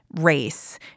race